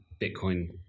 Bitcoin